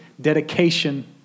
dedication